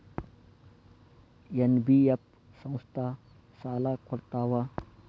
NBF ಸಂಸ್ಥಾ ಸಾಲಾ ಕೊಡ್ತಾವಾ?